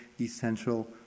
essential